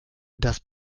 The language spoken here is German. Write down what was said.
das